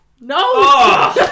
No